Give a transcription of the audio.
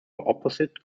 opposite